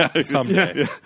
someday